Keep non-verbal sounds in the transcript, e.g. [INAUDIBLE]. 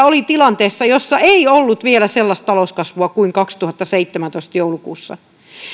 [UNINTELLIGIBLE] oli kaksituhattaviisitoista tilanteessa jossa ei ollut vielä sellaista talouskasvua kuin kaksituhattaseitsemäntoista joulukuussa